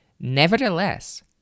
nevertheless